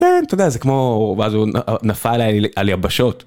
אתה יודע, זה כמו ... הוא נפל על יבשות.